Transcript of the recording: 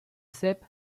sep